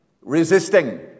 resisting